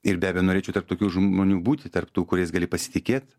ir be abejo norėčiau tarp tokių žmonių būti tarp tų kuriais gali pasitikėt